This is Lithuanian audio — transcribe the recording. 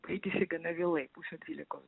baigėsi gana vėlai pusę dvylikos